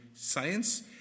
Science